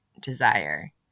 desire